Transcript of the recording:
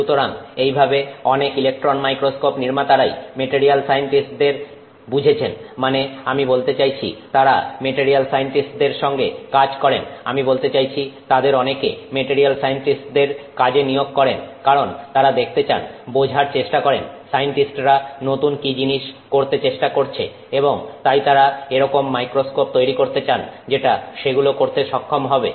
সুতরাং এইভাবে অনেক ইলেকট্রন মাইক্রোস্কোপ নির্মাতারাই মেটারিয়াল সাইন্টিস্ট দের বুঝেছেন মানে আমি বলতে চাইছি তারা মেটারিয়াল সাইন্টিস্টদের সঙ্গে কাজ করেন আমি বলতে চাইছি তাদের অনেকে মেটারিয়াল সাইন্টিস্টদের কাজে নিয়োগ করেন কারণ তারা দেখতে চান বোঝার চেষ্টা করেন সাইন্টিস্টরা নতুন কি জিনিস করতে চেষ্টা করছে এবং তাই তারা এরকম মাইক্রোস্কোপ তৈরি করতে চান যেটা সেগুলো করতে সক্ষম হবে